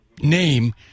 name